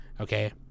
okay